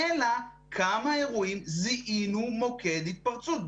אלא כמה אירועים זיהינו מוקד התפרצות.